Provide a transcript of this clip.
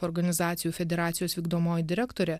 organizacijų federacijos vykdomoji direktorė